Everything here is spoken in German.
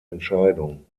entscheidung